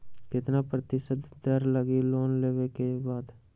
कितना प्रतिशत दर लगी लोन लेबे के बाद?